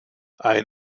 ein